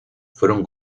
fueron